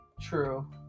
True